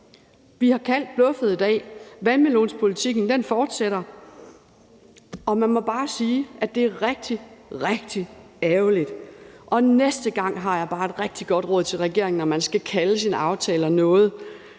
Vi har kaldt bluffet i dag. Vandmelonspolitikken fortsætter, og man må bare sige, at det er rigtig, rigtig ærgerligt. Og næste gang har jeg bare et rigtig godt råd til regeringen, når man skal kalde sine aftaler noget: